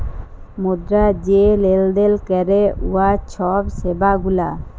মুদ্রা যে লেলদেল ক্যরে উয়ার ছব সেবা গুলা